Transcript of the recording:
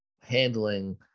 handling